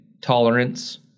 tolerance